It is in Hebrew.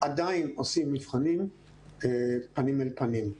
עדיין עושים מבחנים פנים אל פנים.